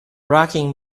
rocking